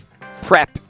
prep